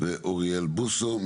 ואוריאל בוסו,